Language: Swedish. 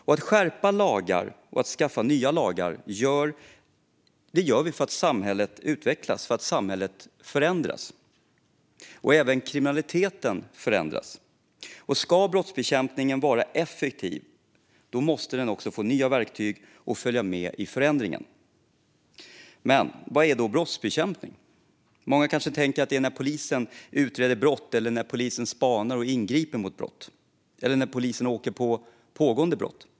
När vi skärper lagar och stiftar nya lagar gör vi det för att samhället utvecklas och för att samhället förändras. Även kriminaliteten förändras. Om brottsbekämpningen ska vara effektiv måste den också få nya verktyg och följa med i förändringen. Vad är då brottsbekämpning? Många kanske tänker att det är när polisen utreder brott, när polisen spanar och ingriper mot brott eller när polisen åker på pågående brott.